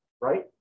Right